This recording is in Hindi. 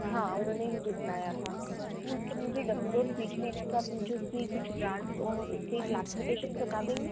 हाँ उन्होंने ही मुझे बताया था क्योंकि मुझे डबल डोर फ्रिज लेना है तो आप मुझे उसकी कुछ ब्रांड्स और उसके क्लासिफेकशन्स बता देंगी